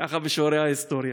ככה בשיעורי ההיסטוריה.